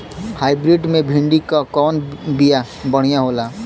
Hybrid मे भिंडी क कवन बिया बढ़ियां होला?